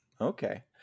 okay